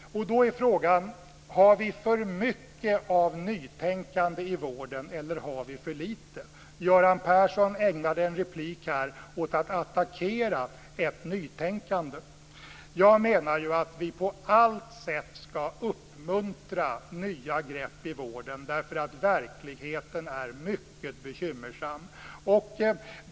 Då är frågan: Har vi för mycket av nytänkande i vården eller har vi för lite? Göran Persson ägnade en replik åt att attackera ett nytänkande. Jag menar att vi på alla sätt ska uppmuntra nya grepp i vården, eftersom verkligheten är mycket bekymmersam.